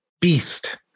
beast